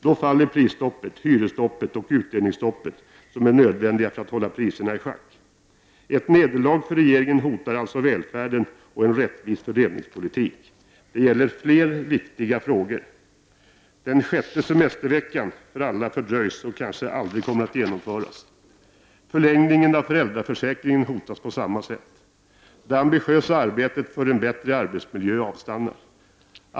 Då faller prisstoppet, hyresstoppet och utdelningsstoppet, som är nödvändiga för att hålla priserna i schack. Ett nederlag för regeringen hotar alltså välfärden och en rättvis fördelningspolitik. Det gäller också fler viktiga frågor: — Den sjätte semesterveckan för alla fördröjs och kommer kanske aldrig att genomföras. — Förlängningen av föräldraförsäkringen hotas på samma sätt. —- Det ambitiösa arbetet för en bättre arbetsmiljö avstannar.